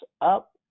up